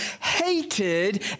hated